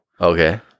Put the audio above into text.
Okay